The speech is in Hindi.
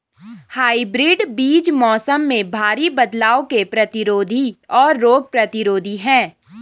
हाइब्रिड बीज मौसम में भारी बदलाव के प्रतिरोधी और रोग प्रतिरोधी हैं